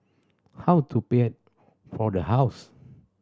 how to pay for the house